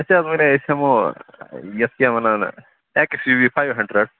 اَسہِ حظ وَنیٛاے أسۍ ہٮ۪مو یَتھ کیٛاہ وَنان اٮ۪کٕس یوٗ وِی فایو ہنٛڈرنٛڈ